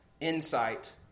insight